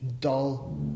dull